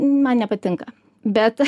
man nepatinka bet